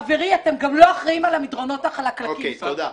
חברי, אתם גם לא אחראים המדרונות החלקלקים פה.